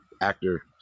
actor